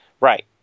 right